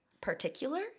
particular